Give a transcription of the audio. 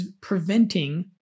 preventing